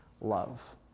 love